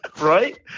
right